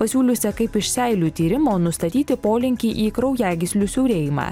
pasiūliusia kaip iš seilių tyrimo nustatyti polinkį į kraujagyslių siaurėjimą